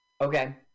Okay